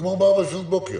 נגמור ב-04:00 לפנות בוקר.